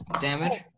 damage